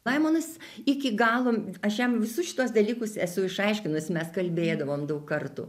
laimonas iki galo aš jam visus šituos dalykus esu išaiškinus mes kalbėdavom daug kartų